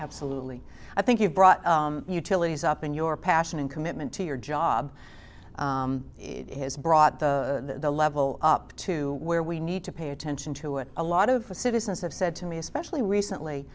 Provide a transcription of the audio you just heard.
absolutely i think you've brought utilities up and your passion and commitment to your job has brought the a level up to where we need to pay attention to it a lot of citizens have said to me especially recently